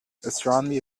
astronomy